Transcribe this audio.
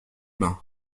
bains